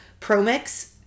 ProMix